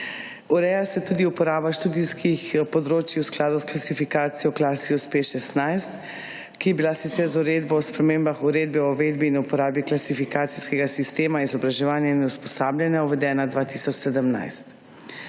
Ureja se tudi uporaba študijskih področij v skladu s klasifikacijo Klasius P-16, ki je bila sicer z uredbo o spremembah uredbe o uvedbi in uporabi klasifikacijskega sistema izobraževanja in usposabljanja uvedena 2017.